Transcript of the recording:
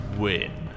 win